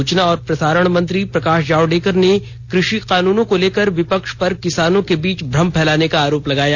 सूचना और प्रसारण मंत्री प्रकाश जावड़ेकर ने कृषि कानूनों को लेकर विपक्ष पर किसानों को बीच भ्रम फैलाने का आरोप लगाया